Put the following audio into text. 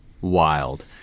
wild